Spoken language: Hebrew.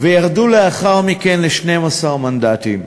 וירדו לאחר מכן ל-12 מנדטים,